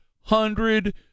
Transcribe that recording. hundred